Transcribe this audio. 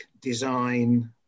design